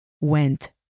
went